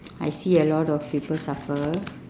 I see a lot of people suffer